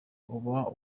uba